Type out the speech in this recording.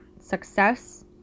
success